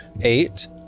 eight